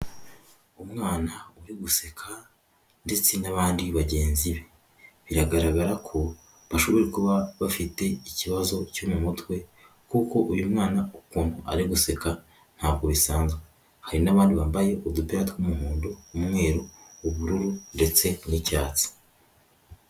Umwana uri guseka ndetse n'abandi bagenzi be; biragaragara ko bashobora kuba bafite ikibazo cyo mu mutwe, kuko uyu mwana ukuntu ari guseka, ntabwo bisanzwe. Hari n'abandi bambaye udupira tw'umuhondo, umweru, ubururu, ndetse n'icyatsi.